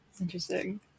interesting